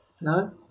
No